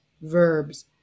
verbs